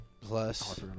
plus